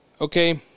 okay